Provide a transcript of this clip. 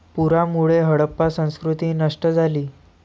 पुरामुळे हडप्पा संस्कृती नष्ट झाली